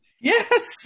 Yes